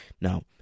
Now